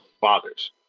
fathers